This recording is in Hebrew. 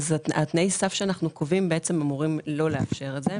תנאי הסף שאנחנו קובעים אמורים לא לאפשר את זה.